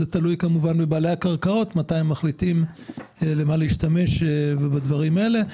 כי זה תלוי בבעלי הקרקעות מתי הם מחליטים איך להשתמש בדברים האלה.